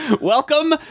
Welcome